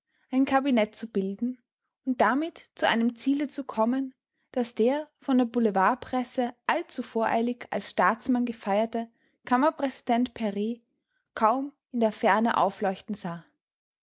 ein kabinett zu bilden und damit zu einem ziele zu kommen das der von der boulevardpresse allzu voreilig als staatsmann gefeierte kammerpräsident pret kaum in der ferne aufleuchten sah